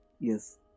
yes